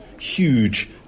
huge